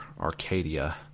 Arcadia